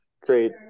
great